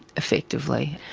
effectively.